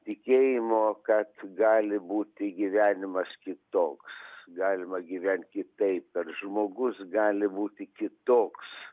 tikėjimo kad gali būti gyvenimas kitoks galima gyvent kitaip kad žmogus gali būti kitoks